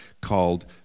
called